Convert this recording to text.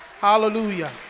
Hallelujah